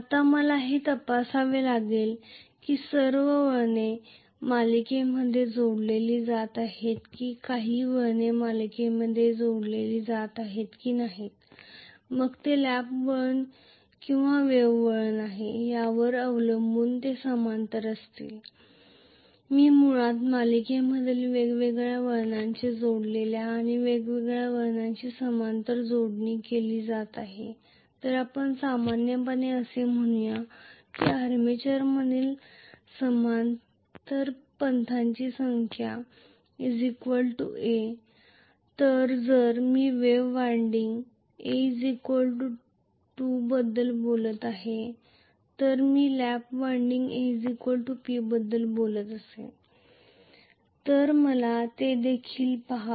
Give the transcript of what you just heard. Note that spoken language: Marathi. तर मी म्हणू शकतो emfवळण 2 P 2 P volts आर्मेचरमधील समांतर पथांची संख्या a तर जर मी वेव्ह वायंडिंग a 2 बद्दल बोलत आहे जर मी लॅप वायंडिंग a P बद्दल बोलत असेल तर मला ते देखील लिहावे